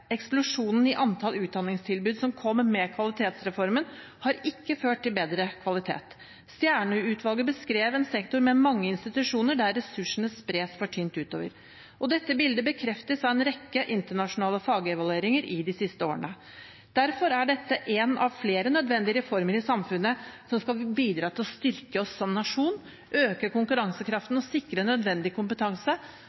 Eksplosjonen i antall utdanningstilbud som kom med kvalitetsreformen, har ikke ført til bedre kvalitet. Stjernø-utvalget beskrev en sektor med mange institusjoner der ressursene spres for tynt utover, og dette bildet bekreftes av en rekke internasjonale fagevalueringer de siste årene. Derfor er dette én av flere nødvendige reformer i samfunnet som skal bidra til å styrke oss som nasjon, øke konkurransekraften og sikre nødvendig kompetanse